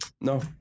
No